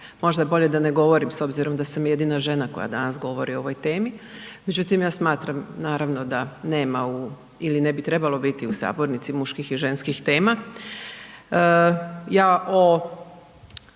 možda bolje da ne govorimo s obzirom da sam jedina žena koja danas govori o ovoj temi, međutim ja smatram naravno da nema u ili ne bi trebalo biti u sabornici muških i ženskih tema. Ja o